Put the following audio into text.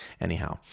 Anyhow